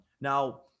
Now